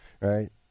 right